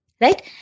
right